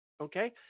Okay